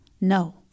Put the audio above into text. No